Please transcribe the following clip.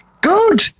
good